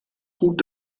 gut